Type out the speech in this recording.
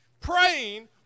praying